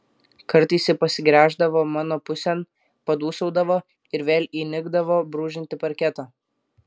kartais ji pasigręždavo mano pusėn padūsaudavo ir vėl įnikdavo brūžinti parketą